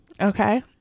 Okay